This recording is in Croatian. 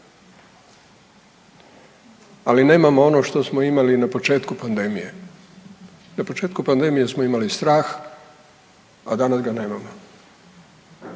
ali nemamo ono što smo imali na početku pandemije. Na početku pandemije smo imali strah, a danas ga nemamo.